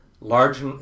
large